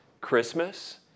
Christmas